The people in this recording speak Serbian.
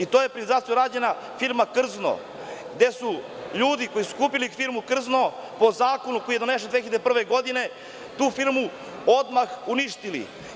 Urađena je privatizacija firme „Krzno“, gde su ljudi koji su kupili firmu „Krzno“ po zakonu koji je donesen 2001. godine tu firmu odmah uništili.